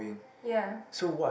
ya